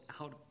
out